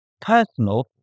personal